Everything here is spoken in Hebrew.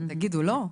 תגידו לא?